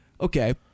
Okay